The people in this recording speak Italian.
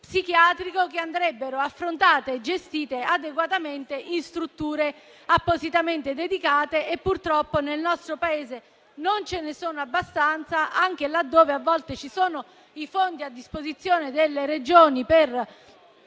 psichiatrico che andrebbero affrontate e gestite adeguatamente in strutture appositamente dedicate. Purtroppo nel nostro Paese non c'è ne sono abbastanza, anche laddove a volte ci sono i fondi a disposizione delle Regioni per